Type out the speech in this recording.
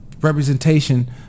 representation